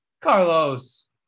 carlos